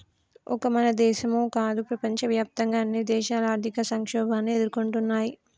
ఒక మన దేశమో కాదు ప్రపంచవ్యాప్తంగా అన్ని దేశాలు ఆర్థిక సంక్షోభాన్ని ఎదుర్కొంటున్నయ్యి